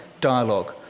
dialogue